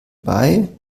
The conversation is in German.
bei